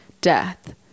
death